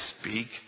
speak